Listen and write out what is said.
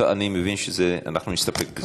אני מבין שאנחנו נסתפק בזה.